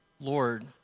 Lord